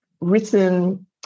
written